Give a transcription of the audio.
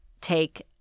take